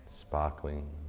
sparkling